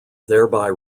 thereby